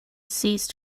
ceased